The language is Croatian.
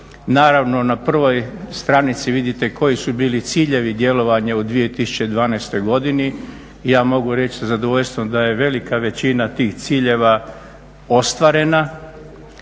Naravno na prvoj stranici vidite koji su bili ciljevi djelovanja u 2012. godini i ja mogu reći sa zadovoljstvom da je velika većina tih ciljeva ostvarena.